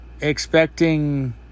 expecting